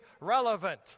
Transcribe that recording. relevant